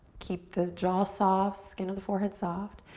keep the jaw soft, skin of the forehead soft.